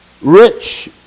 rich